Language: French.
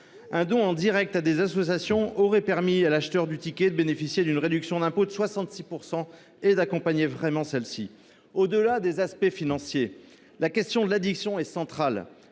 Un don en direct à des associations aurait permis à l’acheteur du ticket de bénéficier d’une réduction d’impôts de 66 % et de véritablement accompagner celles ci. Au delà des aspects financiers, la question de l’addiction est centrale.